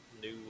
new